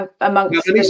amongst